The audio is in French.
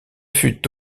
fut